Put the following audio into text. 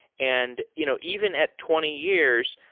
and you know even at twenty years,